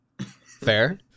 Fair